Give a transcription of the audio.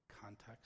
context